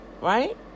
Right